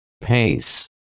Pace